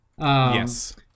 Yes